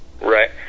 Right